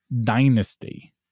Dynasty